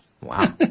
Wow